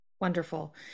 Wonderful